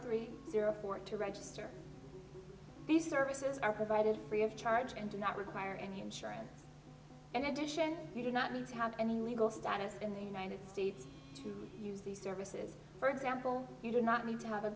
three zero four to register these services are provided free of charge and do not require any insurance and additionally you do not need to have any legal status in the united states to use these services for example you do not need to have a